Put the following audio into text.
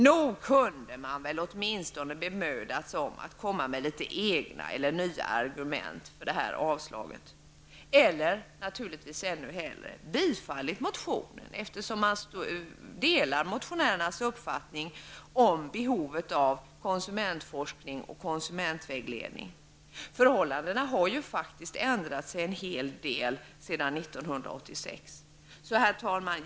Nog kunde man väl åtminstone bemödat sig om att komma med litet egna eller nya argument för detta avslag. Ännu hellre kunde man naturligtvis bifallit motionen, eftersom man delar motionärernas uppfattning om behovet av konsumentforskning och konsumentvägledning. Förhållandena har faktiskt ändrat sig en hel del sedan 1986. Herr talman!